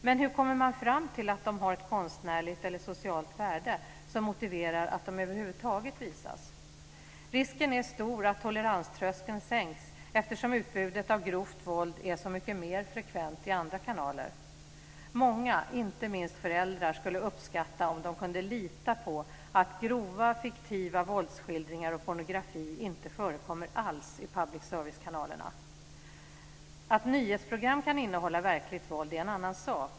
Men hur kommer man fram till att de har ett konstnärligt eller socialt värde som motiverar att de över huvud taget visas? Risken är stor att toleranströskeln sänks eftersom utbudet av grovt våld är så mycket mer frekvent i andra kanaler. Många, inte minst föräldrar, skulle uppskatta om de kunde lita på att grova, fiktiva våldsskildringar och pornografi inte förekommer alls i public service-kanalerna. Att nyhetsprogram kan innehålla verkligt våld är en annan sak.